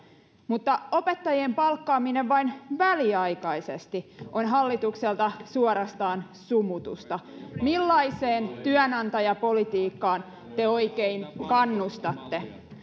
mutta opettajien palkkaaminen vain väliaikaisesti on hallitukselta suorastaan sumutusta millaiseen työnantajapolitiikkaan te oikein kannustatte